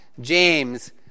James